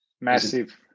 Massive